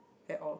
at all